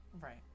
Right